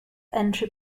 entry